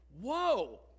whoa